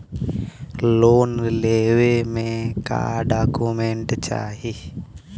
Loan लेवे मे का डॉक्यूमेंट चाही?